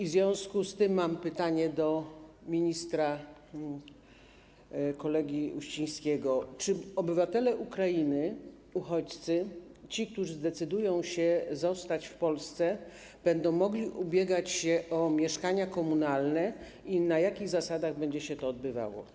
W związku z tym mam pytanie do ministra, kolegi Uścińskiego: Czy obywatele Ukrainy, uchodźcy, ci, którzy zdecydują się zostać w Polsce, będą mogli ubiegać się o mieszkania komunalne i na jakich zasadach będzie się to odbywało?